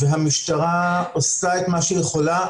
והמשטרה עושה את מה שהיא יכולה,